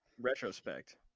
retrospect